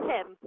Tim